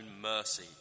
mercy